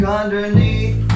underneath